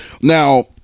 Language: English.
now